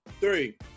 three